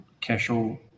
casual